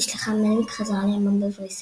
נשלחה מלניק חזרה לאמה בבריסל.